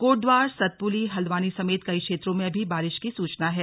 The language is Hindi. कोटद्वार सतपुली हल्द्वानी समेत कई क्षेत्रों में भी बारिश की सूचना है